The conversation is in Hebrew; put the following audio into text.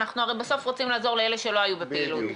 הרי בסוף אנחנו רוצים לעזור לאלה שלא היו בפעילות.